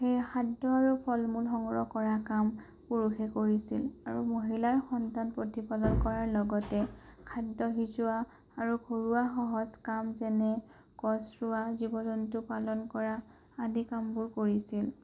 সেয়ে খাদ্য আৰু ফলমূল সংগ্ৰহ কৰা কাম পুৰুষে কৰিছিল আৰু মহিলাই সন্তান প্ৰতিপালন কৰাৰ লগতে খাদ্য সিজোৱা আৰু ঘৰুৱা সহজ কাম যেনে গছ ৰোৱা জীৱ জন্তু পালন কৰা আদি কামবোৰ কৰিছিল